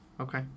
Okay